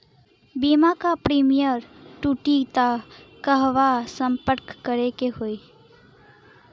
बीमा क प्रीमियम टूटी त कहवा सम्पर्क करें के होई?